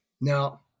Now